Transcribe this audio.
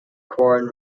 corn